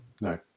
no